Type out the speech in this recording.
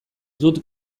dut